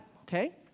okay